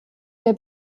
der